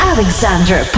Alexander